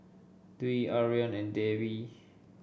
Dwi Aryan and Dewi